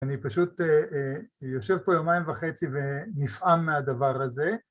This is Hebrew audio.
אני פשוט יושב פה יומיים וחצי ונפעם מהדבר הזה